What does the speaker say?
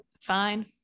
fine